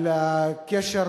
על הקשר,